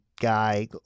Guy